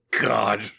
God